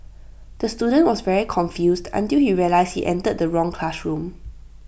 the student was very confused until you realised he entered the wrong classroom